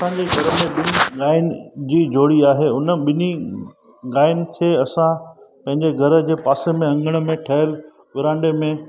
असांजे घर में बि गांइनि जी जोड़ी आहे हुन ॿिनी गांइनि खे असां पंहिंजे घर जे पासे में अङण में ठहियल विरांडे में